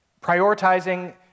prioritizing